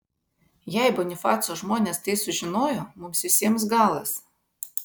jei bonifaco žmonės tai sužinojo mums visiems galas